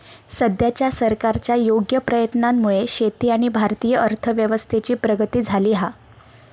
सद्याच्या सरकारच्या योग्य प्रयत्नांमुळे शेती आणि भारतीय अर्थव्यवस्थेची प्रगती झाली हा